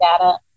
data